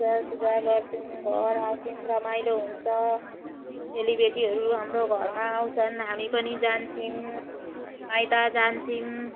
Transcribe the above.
पूजासूजा गर्छौँ घर आउँछौँ रमाइलो हुन्छ चेलीबेटीहरू हाम्रो घरमा आउँछन् हामी पनि जान्छौँ माइत जान्छौँ